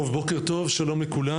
בוקר טוב שלום לכולם,